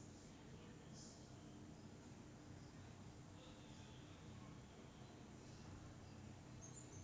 yup that'll be good